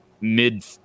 mid